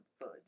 fudge